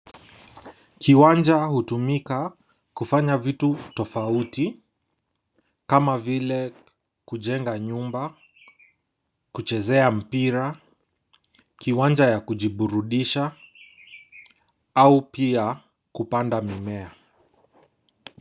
Kiwanja hutumika kufanya vitu tofauti, kama vile kujenga nyumba, kuchezea mpira , kiwanja ya kujiburudisha au pia kupanda mimea.